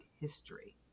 history